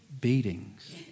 beatings